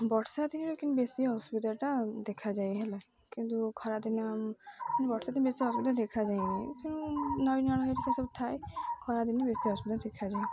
ବର୍ଷା ଦିନେ କିନ୍ତୁ ବେଶୀ ଅସୁବିଧାଟା ଦେଖାଯାଏ ହେଲା କିନ୍ତୁ ଖରାଦିନେ ବର୍ଷାଦିନ ବେଶୀ ଅସୁବିଧା ଦେଖାଯାଏନି ତେଣୁ ନଈ ନାଳ ହେରିକି ଶୁଖି ଥାଏ ଖରାଦିନେ ବେଶୀ ଅସୁବିଧା ଦେଖାଯାଏ